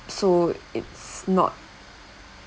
so it's not